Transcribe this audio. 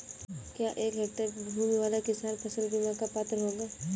क्या एक हेक्टेयर भूमि वाला किसान फसल बीमा का पात्र होगा?